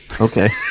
okay